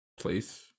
place